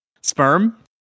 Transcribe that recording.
Sperm